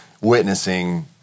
witnessing